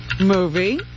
Movie